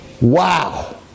Wow